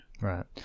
right